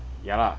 ya lah